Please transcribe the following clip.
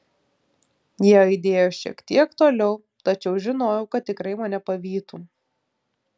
jie aidėjo šiek tiek toliau tačiau žinojau kad tikrai mane pavytų